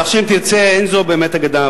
כך שאם תרצה אין זו באמת אגדה,